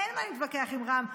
אין מה להתווכח עם רע"מ,